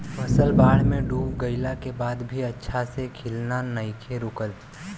फसल बाढ़ में डूब गइला के बाद भी अच्छा से खिलना नइखे रुकल